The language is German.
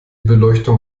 beleuchtung